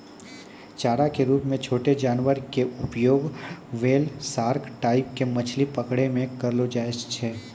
चारा के रूप मॅ छोटो जानवर के उपयोग व्हेल, सार्क टाइप के मछली पकड़ै मॅ करलो जाय छै